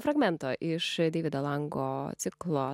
fragmento iš deivido lango ciklo